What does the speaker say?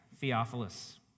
Theophilus